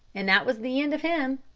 and that was the end of him.